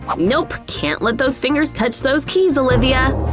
nope, can't let those fingers touch those keys, olivia.